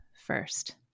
first